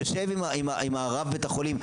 יושב עם רב בית החולים,